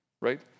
Right